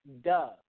duh